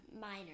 minor